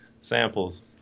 samples